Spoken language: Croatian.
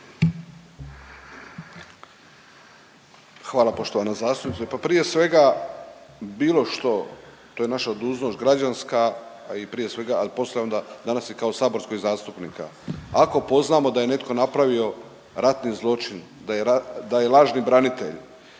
Hvala poštovana zastupnice. Pa prije svega bilo što, to je naša dužnost građanska a i prije svega ali poslije onda danas i kao saborskih zastupnika. Ako poznamo da je netko napravio ratni zločin, da je lažni branitelj,